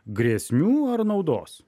grėsmių ar naudos